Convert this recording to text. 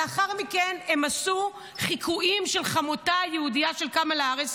לאחר מכן הם עשו חיקויים של חמותה היהודייה של קמלה האריס,